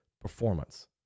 performance